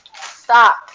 stop